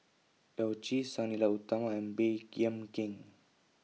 Yao Zi Sang Nila Utama and Baey Yam Keng